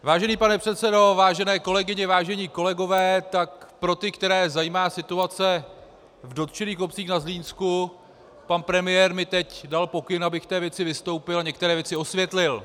Vážený pane předsedo, vážené kolegyně, vážení kolegové, pro ty, které zajímá situace v dotčených obcích na Zlínsku, pan premiér mi teď dal pokyn, abych v té věci vystoupil a některé věci osvětlil.